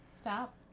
stop